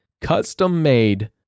custom-made